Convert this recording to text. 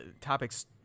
topics